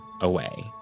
away